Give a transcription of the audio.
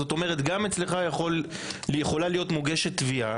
זאת אומרת גם אצלך יכולה להיות מוגשת תביעה,